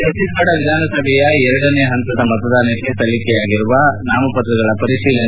ಛತ್ತೀಸ್ಗಢ ವಿಧಾನಸಭೆಯ ಎರಡನೇ ಹಂತದ ಮತದಾನಕ್ಕೆ ಸಲ್ಲಿಕೆಯಾಗಿರುವ ನಾಮಪತ್ರಗಳ ಪರಿಶೀಲನೆ